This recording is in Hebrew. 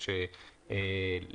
בכפוף לתיקונים שתיקנו בסעיפים 3 ו-2,